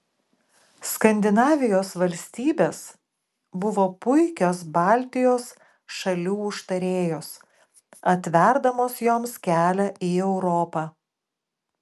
skandinavijos valstybės buvo puikios baltijos šalių užtarėjos atverdamos joms kelią į europą